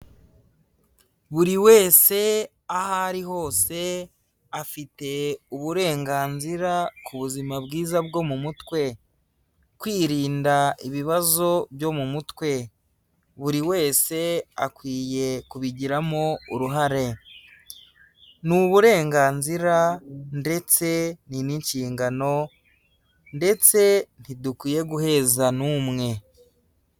Buri wese aha ari hose afite uburenganzira ku buzima bwiza bwo mu mutwe, kwirinda ibibazo byo mu mutwe. Buri wese akwiye kubigiramo uruhare, ni uburenganzira ndetse ni n'inshingano ndetse ntidukwiye guheza n'umwe.